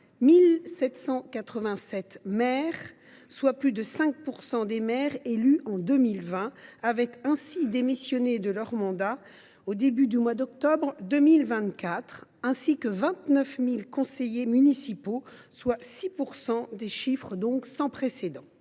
1 787 maires, soit plus de 5 % des maires élus en 2020, avaient démissionné de leur mandat au début du mois d’octobre 2024, ainsi que 29 000 conseillers municipaux, soit 6 % d’entre eux. Des chiffres sans précédent